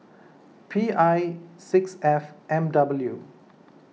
P I six F M W